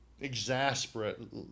exasperate